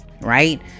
Right